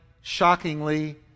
shockingly